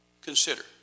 consider